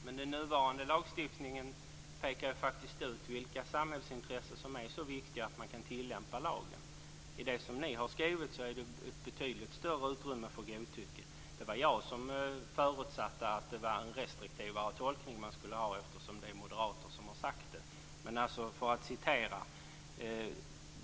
Fru talman! Men den nuvarande lagstiftningen pekar faktiskt ut vilka samhällsintressen som är så viktiga att man kan tillämpa lagen. I det som ni har skrivit finns betydligt större utrymme för godtycke. Det var jag som förutsatte att det var en restriktivare tolkning man skulle ha eftersom det är moderater som har sagt det. Men låt mig läsa vad som står.